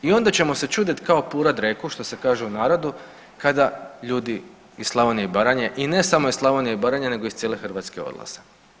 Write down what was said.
I onda ćemo se čuditi kao pura dreku, što se kaže u narodu kada ljudi iz Slavonije i Baranje i ne samo iz Slavonije i Baranje nego iz cijele Hrvatske odlaze.